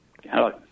Hello